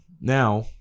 Now